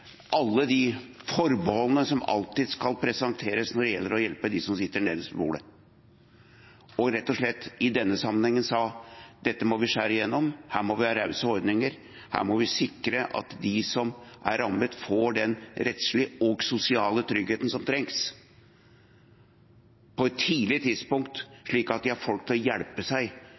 alle de forbeholdene som alltid skal presenteres når det gjelder å hjelpe dem som sitter nederst ved bordet, og rett og slett i denne sammenhengen sa: Dette må vi skjære igjennom, her må vi ha rause ordninger, her må vi sikre at de som er rammet, får den rettslige og sosiale tryggheten som trengs, på et tidlig tidspunkt, slik at de har folk til å hjelpe seg